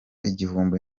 igihumbi